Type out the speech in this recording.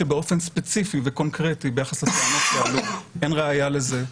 שבאופן ספציפי וקונקרטי ביחס לטענות שהועלו אין ראיה לזה,